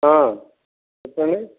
చెప్పండి